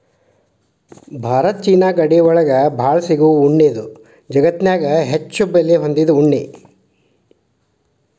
Bharat China ಗಡಿ ಒಳಗ ಬಾಳ ಸಿಗು ಉಣ್ಣಿ ಇದು ಜಗತ್ತನ್ಯಾಗ ಹೆಚ್ಚು ಬೆಲೆ ಹೊಂದಿದ ಉಣ್ಣಿ